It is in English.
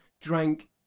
drank